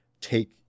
take